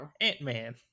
Ant-Man